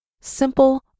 simple